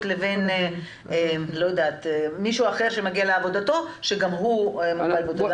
לבין מישהו אחר שמגיע לעבודתו שגם הוא איש עם מוגבלות?